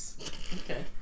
Okay